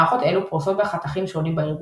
מערכות אלו פרוסות בחתכים שונים בארגון,